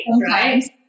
right